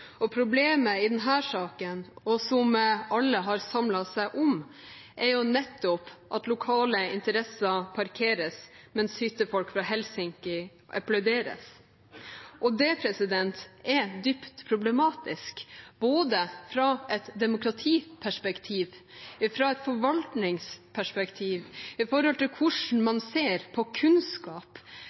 Problemet i denne saken, som alle har samlet seg om, er nettopp at lokale interesser parkeres, mens hyttefolk fra Helsinki applauderes. Det er dypt problematisk, i både et demokratiperspektiv og et forvaltningsperspektiv, og med tanke på hvordan man ser på kunnskap,